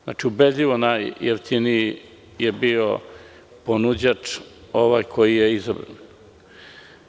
Znači, ubedljivo najjeftiniji je bio ovaj ponuđač koji je izabran.